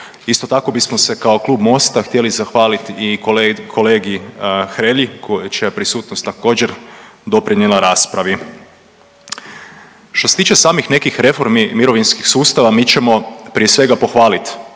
Isto tako bismo se kao Klub MOST-a htjeli zahvaliti i kolegi Hrelji čija je prisutnost također doprinijela raspravi. Što se tiče samih nekih reformi mirovinskih sustava mi ćemo prije svega pohvaliti